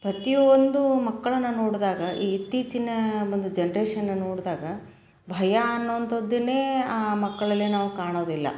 ಪ್ರತಿಯೊಂದು ಮಕ್ಕಳನ್ನು ನೋಡಿದಾಗ ಈ ಇತ್ತೀಚಿನ ಒಂದು ಜನ್ರೇಷನ್ನ ನೋಡಿದಾಗ ಭಯ ಅನ್ನುವಂಥದ್ದನ್ನೇ ಆ ಮಕ್ಕಳಲ್ಲಿ ನಾವು ಕಾಣೋದಿಲ್ಲ